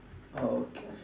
orh okay